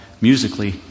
musically